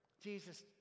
Jesus